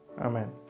Amen